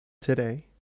today